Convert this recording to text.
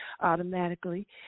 automatically